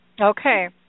Okay